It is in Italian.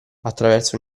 attraverso